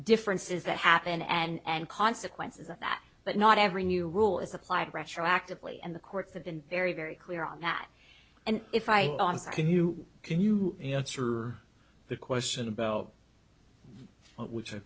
differences that happen and consequences of that but not every new rule is applied retroactively and the courts have been very very clear on that and if i can you can you answer the question about which i